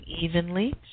evenly